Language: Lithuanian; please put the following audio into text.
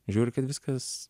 žiūri kad viskas